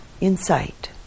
insight